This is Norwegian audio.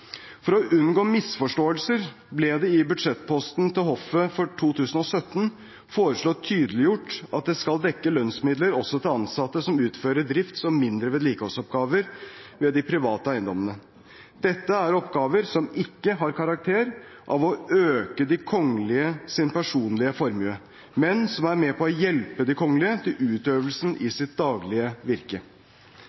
For å unngå misforståelser ble det i budsjettposten til hoffet for 2017 foreslått tydeliggjort at den skal dekke lønnsmidler også til ansatte som utfører driftsoppgaver og mindre vedlikeholdsoppgaver ved de private eiendommene. Dette er oppgaver som ikke har karakter av å øke de kongeliges personlige formue, men som er med på å hjelpe de kongelige i utøvelsen av sitt daglige virke. Forslaget til presisering var også begrunnet i